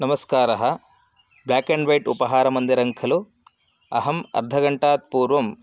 नमस्कारः bake and wait उपहारमन्दिरं खलु अहम् अर्धघण्टात् पूर्वं